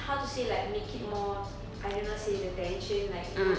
how to say like make it more I don't know how to say the tension like you know